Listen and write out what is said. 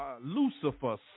Lucifer